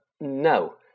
No